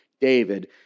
David